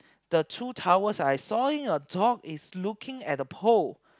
the two towels I sawing a dog is looking at a pole